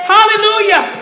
Hallelujah